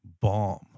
bomb